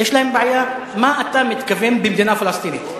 יש להם בעיה מה אתה מתכוון במדינה פלסטינית.